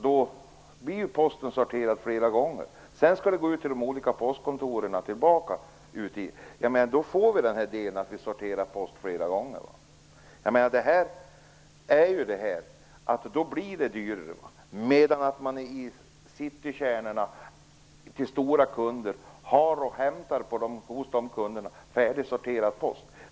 Då blir posten sorterad flera gånger. Sedan skall den gå tillbaka ut till de olika postkontoren. Då får vi en situation då posten sorteras flera gånger. Det blir dyrare. I citykärnorna hämtar man färdigsorterad post hos de stora kunderna.